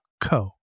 co